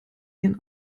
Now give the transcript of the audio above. ihren